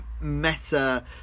meta